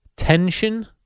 Tension